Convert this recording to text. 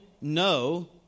no